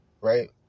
Right